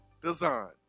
design